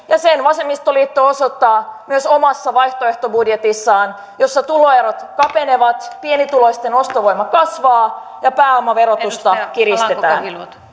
ja sen vasemmistoliitto osoittaa myös omassa vaihtoehtobudjetissaan jossa tuloerot kapenevat pienituloisten ostovoima kasvaa ja pääomaverotusta kiristetään